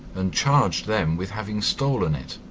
and charged them with having stolen it